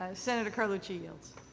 and senator carlucci yields.